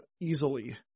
easily